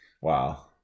Wow